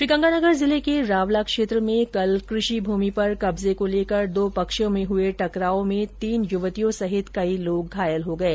श्रीगंगानगर जिले के रावला क्षेत्र में कल कृषि भूमि पर कब्जे को लेकर दो पक्षों में हुए टकराव में तीन युवतियों सहित कई लोग घायल हो गये